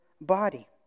body